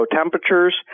temperatures